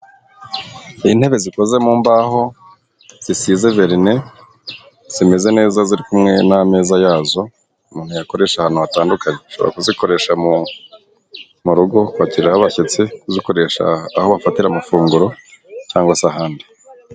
Intebe zikoze mu mbaho zisize verine zimeze neza ziri kumwe n'ameza yazo umuntu yakoresha ahantu hatandukanye, ushobora kuzikoresha mu rugo kwakiriraho abashyitsi, kuzikoresha aho bafatira amafunguro cyangwa se ahandi